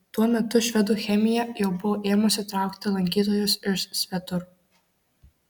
tuo metu švedų chemija jau buvo ėmusi traukti lankytojus iš svetur